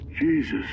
Jesus